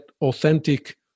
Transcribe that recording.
authentic